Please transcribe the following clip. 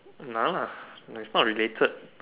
nah it's not related